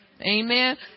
Amen